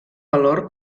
valor